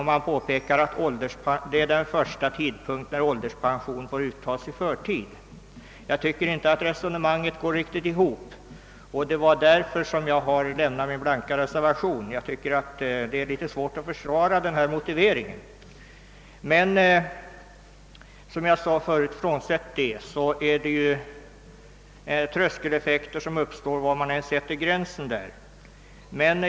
Den utgör sålunda den tidigaste tidpunkt från vilken ålderspension kan uttas i förtid.» Jag tycker inte att resonemanget går riktigt ihop, och det är anledningen till att jag avgivit min blanka reservation. Jag tycker att det är litet svårt att försvara denna motivering. Bortsett från detta uppstår det dock, såsom jag tidigare framhöll, tröskeleffekter var man än sätter gränsen.